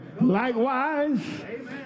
Likewise